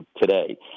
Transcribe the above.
today